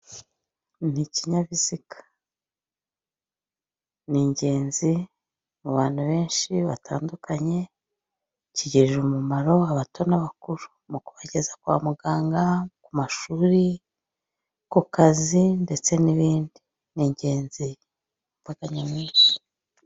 Ni ikinyabiziga ni ingenzi mu bantu benshi batandukanye kigirira umumaro abato n'abakuru mukubageza kwa muganga kumashuri kukazi ndetse n'ibindi. Ni ingenzi ku mbaga nyamwinshi.